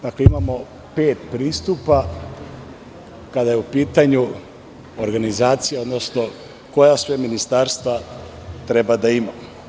Dakle, imamo pet pristupa kada je u pitanju organizacija, odnosno koja sve ministarstva treba da imamo.